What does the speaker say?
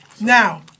Now